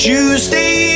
Tuesday